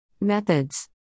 Methods